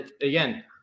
Again